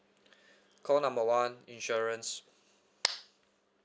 call number one insurance